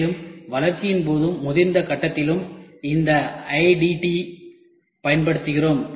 மேலும் வளர்ச்சியின் போதும் முதிர்ந்த கட்டத்திலும் இந்த IDT பயன்படுத்துகிறோம்